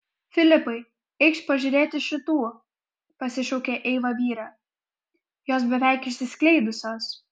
filipai eikš pažiūrėti šitų pasišaukė eiva vyrą jos beveik išsiskleidusios